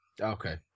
Okay